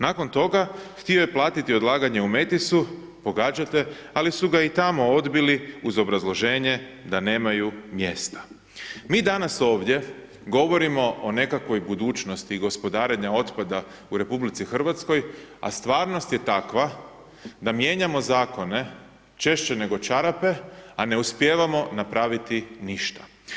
Nakon toga, htio je platiti odlaganje u Metisu, pogađate, ali su ga i tamo odbili uz obrazloženje da nemaju mjesta.“ Mi danas ovdje govorimo o nekakvoj budućnosti gospodarenja otpada u RH, a stvarnost je takva da mijenjamo Zakone češće nego čarape, a ne uspijevamo napraviti ništa.